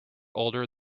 older